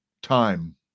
Time